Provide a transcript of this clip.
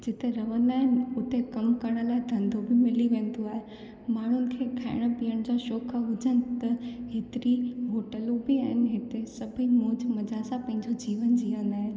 जिते रहंदा आहिनि उते कमु करण लाइ धंधो बि मिली वेंदो आहे माण्हुनि खे खाइणु पीअण जो शौक़ु हुजनि त हेतिरी होटलूं बि आहिनि हिते सभु मौजु मज़ा सां सभु पंहिंजो जीवन जीअंदा आहिनि